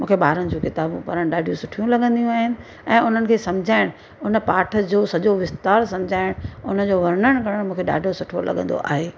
मूंखे ॿारनि जूं किताबूं पढ़णु सुठी लॻंदियूं आहिनि ऐं उन्हनि खे समुझाइणु उन पाठ जो सॼो विस्तारु समुझाइणु उनजो वर्णन करणु मूंखे ॾाढो सुठो लॻंदो आहे